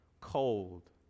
cold